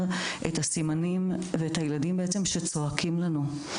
את הסימנים ואת הילדים בעצם שצועקים לנו.